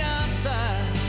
outside